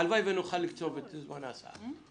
הלוואי ונוכל לקצוב את זמן ההסעה.